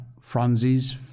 Phronsie's